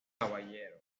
caballero